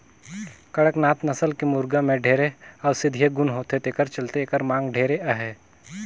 कड़कनाथ नसल के मुरगा में ढेरे औसधीय गुन होथे तेखर चलते एखर मांग ढेरे अहे